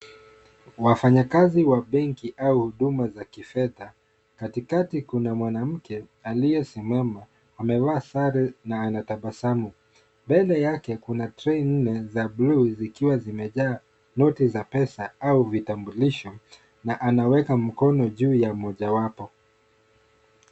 Wafanyikazi wa benki au huduma za kifedha. Katikati kuna mwanamke aliyesimama, amevaa sare na anatabasamu. Mbele yake tray nne za bluu zikiwa zimejaa noti za pesa au vitambulisho na anaweka mkono juu ya mojawapo.